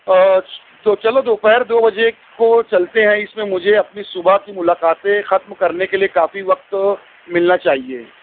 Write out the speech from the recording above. اور تو چلو دوپہر دو بجے کو چلتے ہیں اس میں مجھے اپنی صبح کی ملاقاتیں ختم کرنے کے لیے کافی وقت ملنا چاہیے